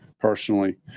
personally